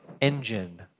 engine